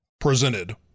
Presented